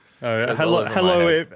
Hello